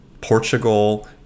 Portugal